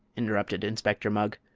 interrupted inspector mugg.